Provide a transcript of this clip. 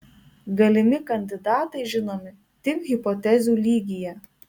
galimi kandidatai žinomi tik hipotezių lygyje